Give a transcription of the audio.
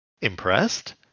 impressed